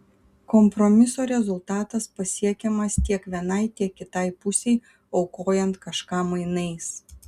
kompromiso rezultatas pasiekiamas tiek vienai tiek kitai pusei aukojant kažką mainais